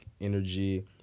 energy